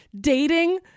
dating